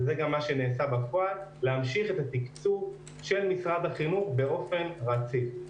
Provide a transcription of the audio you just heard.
וזה גם מה שנעשה בפועל להמשיך את התקצוב של משרד החינוך באופן רציף.